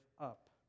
up